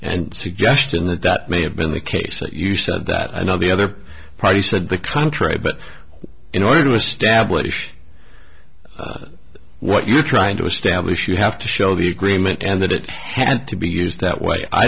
and suggestion that that may have been the case that you said that you know the other price said the contrary but in order to establish what you're trying to establish you have to show the agreement and that it had to be used that way i